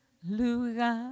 lugar